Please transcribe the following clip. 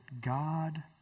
God